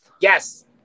Yes